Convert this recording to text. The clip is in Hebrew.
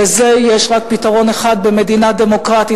לזה יש רק פתרון אחד במדינה דמוקרטית: